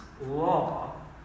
law